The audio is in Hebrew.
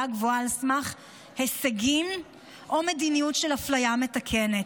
גבוהה על סמך הישגים או מדיניות של אפליה מתקנת.